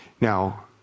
Now